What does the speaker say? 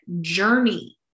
journey